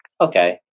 Okay